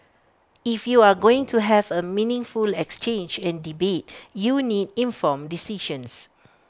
if you're going to have A meaningful exchange and debate you need informed decisions